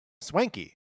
Swanky